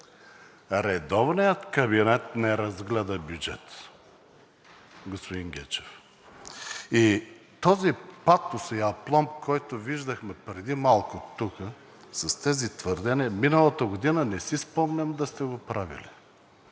Редовният кабинет не разгледа бюджет, господин Гечев. И този патос и апломб, който виждахме преди малко тук с тези твърдения, миналата година не си спомням да сте го правили.